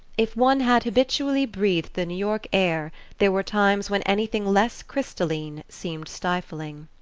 if one had habitually breathed the new york air there were times when anything less crystalline seemed stifling.